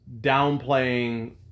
downplaying